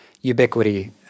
ubiquity